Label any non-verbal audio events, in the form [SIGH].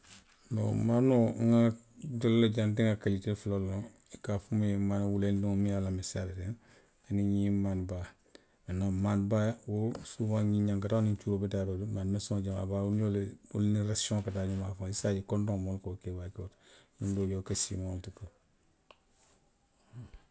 Iyoo maanoo nŋa, ntelu la jaŋ nte nŋa kalitee fula loŋ, i ka a fo muŋ ye maani wulendiŋo miŋ ye a loŋ ko a be meseyaariŋ ne, aniŋ ňiŋ maani baa. mentonaŋ maani baa wo suuwaŋ ňiŋ ňankataŋo niŋ cuuroo wo beteyaata ňiŋ maani meseŋo jamaa baa [UNINTELLIGIBLE] wolu niŋ rasiyoŋo le ka taa ňoo la. bari saayiŋ kontoŋo moolu ka wo ke kontoŋo ti ňiŋ doo i ye wo ke siimaŋo ti kuwa